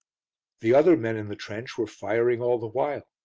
the other men in the trench were firing all the while.